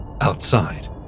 outside